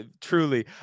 truly